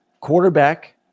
quarterback